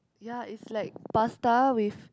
ya is like pasta with